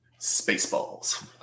Spaceballs